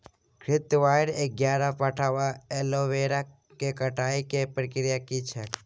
घृतक्वाइर, ग्यारपाठा वा एलोवेरा केँ कटाई केँ की प्रक्रिया छैक?